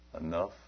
enough